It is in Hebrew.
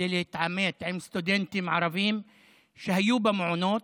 כדי להתעמת עם סטודנטים ערבים שהיו במעונות,